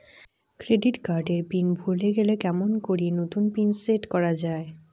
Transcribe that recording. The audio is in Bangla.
ক্রেডিট কার্ড এর পিন ভুলে গেলে কেমন করি নতুন পিন সেট করা য়ায়?